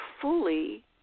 fully